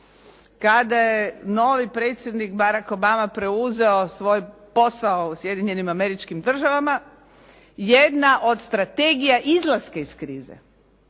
kada je novi predsjednik Barack Obama preuzeo svoj posao u Sjedinjenim Američkim Državama jedna od strategija izlaska iz krize